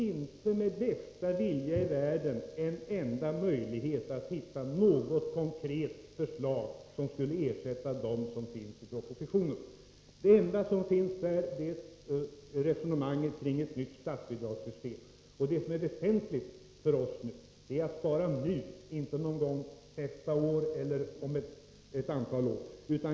Inte med bästa vilja i världen kan jag se en möjlighet att hitta något konkret förslag som skulle kunna ersätta förslaget i propositionen. Det enda som finns är resonemanget kring ett nytt statsbidragssystem. Men det väsentliga är att spara nu, inte någon gång nästa år eller om ett antal år.